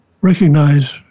recognize